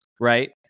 right